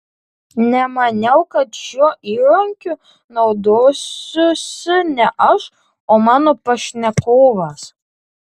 nemaniau kad šiuo įrankiu naudosiuosi ne aš o mano pašnekovas